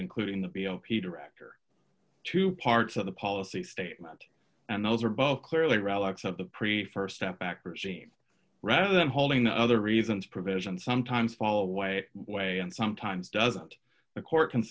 including the b o p director two parts of the policy statement and those are both clearly relics of the prefer step back regime rather than holding the other reasons provisions sometimes fall way way and sometimes doesn't the court can